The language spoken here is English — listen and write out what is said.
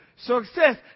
Success